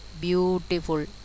beautiful